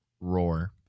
Roar